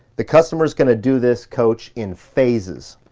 the customer's gonna do this coach in phases.